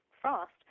frost